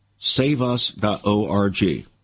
saveus.org